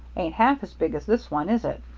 ain't half as big as this one, is it?